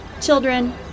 children